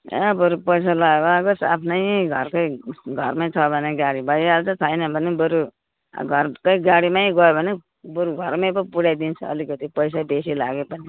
आ बरु पैसा लागे लागोस् आफ्नै घरकै घरमै छ भने गाडी भइहाल्छ छैन भने बरु घरकै गाडीमै गयो भने बरु घरमै पो पुऱ्याइदिन्छ अलिकति पैसा बेसी लागे पनि